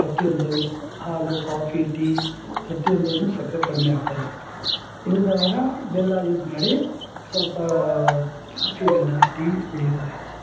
ಪ್ರತಿಯೊಂದರಲ್ಲು ಹಾಲು coffee tea ಪ್ರತಿಯೊಂದರಲ್ಲು ಸಕ್ಕರೆ ಕಡಿಮೆ ಹಾಕ್ತಾರೆ ಇಲ್ದವಾಗ ಬೆಲ್ಲ ಯೂಸ್ ಮಾಡಿ ಸ್ವಲ್ಪ ಕಾಫಿ ಬೆಲ್ಲ ಟೀ ಕುಡಿತಾರೆ